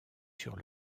sur